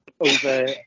over